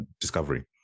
discovery